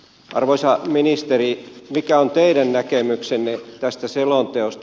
arvoisa ministeri mikä on teidän näkemyksenne tästä selonteosta